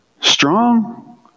strong